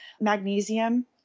Magnesium